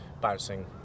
bouncing